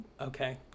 Okay